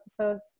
episodes